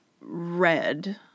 red